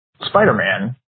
Spider-Man